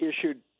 issued